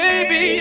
Baby